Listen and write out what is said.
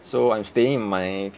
so I'm staying in my